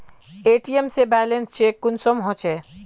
ATM से balance check कुंसम होचे?